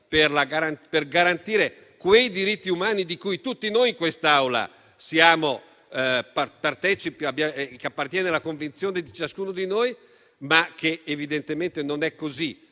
per garantire quei diritti umani che tutti noi in quest'Aula condividiamo e che appartengono alla convinzione di ciascuno di noi, ma evidentemente non è così